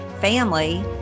family